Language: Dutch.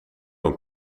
een